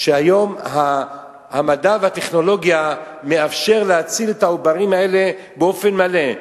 היום המדע והטכנולוגיה מאפשרים להציל את העוברים האלה באופן מלא.